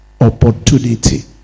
Opportunity